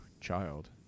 child